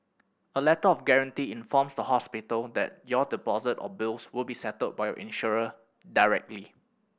a Letter of Guarantee informs the hospital that your deposit or bills will be settled by your insurer directly